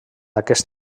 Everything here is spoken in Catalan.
aquest